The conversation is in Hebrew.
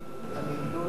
אדוני היושב-ראש,